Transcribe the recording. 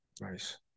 Nice